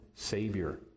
Savior